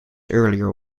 earlier